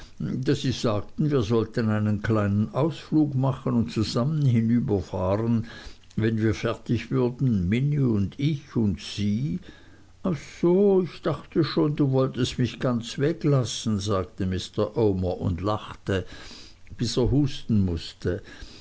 sie sagten wir wollten einen kleinen ausflug machen und zusammen hinüberfahren wenn wir fertig würden minnie und ich und sie so ich dachte schon du wolltest mich ganz weglassen sagte mr omer und lachte bis er husten mußte